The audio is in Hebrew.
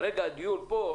כרגע הדיון כאן